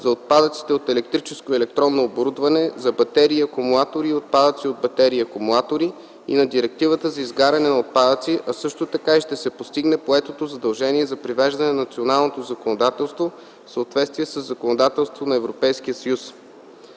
за отпадъците от електрическо и електронно оборудване; за батерии и акумулатори и отпадъци от батерии и акумулатори и на директивата за изгаряне на отпадъци, а също така и ще се постигне поетото задължение за привеждане на националното законодателство в съответствие със законодателството на Европейския съюз.